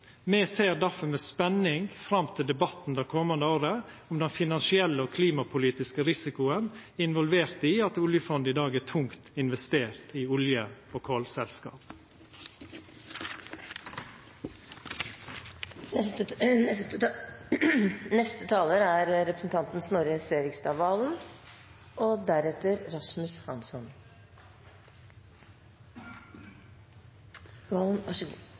Me ser derfor med spenning fram til debatten det komande året om den finansielle og klimapolitiske risikoen involvert i at oljefondet i dag er tungt investert i olje- og kolselskap. Hvorfor driver vi med politikk? Hva er